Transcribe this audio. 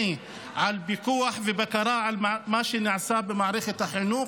של פיקוח ובקרה על מה שנעשה במערכת החינוך.